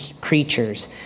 creatures